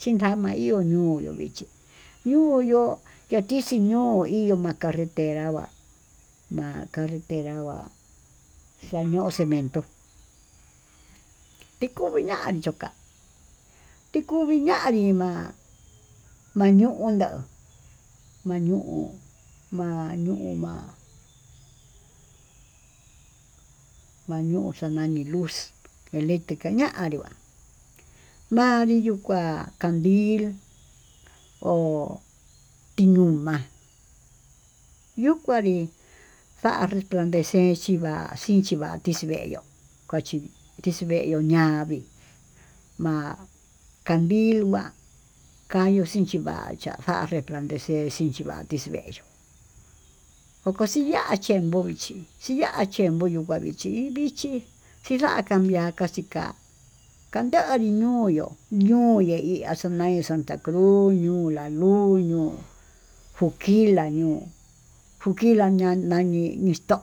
Chinkama ihó ñuu yo'ó vixhí yuu yo'ó yatixhii ñuu, iho ma'a carretera nguá ma'a carretera va'á xa'a ñoo cemento toko ñan cho'o ká pikuu viña'a ñima'a mañ'u na'á, mañuu mañuu ma'á mañuu xanani luz lanii tikanrí ma'a manrí yuu kuá kanil ho tinun ma'á yuu kanri va'a replantecer xhiva'a xii chivax tindeyó kuachí tixyeyuu ña'a ma'a kamil ma'á kañuu xinchivachá, jande'e vandexee chichivatí ndeyu okoyaté boichí chii ya'a ché buu nguu vangue chí vichí chixa'a cambiaká chiká kanchianre nuu yu'u nuu yee ihá xanaya santa cruz uñuu lañuu ñuu, juquila ñuu juquila ñani nixtó